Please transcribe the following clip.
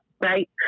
right